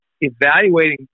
evaluating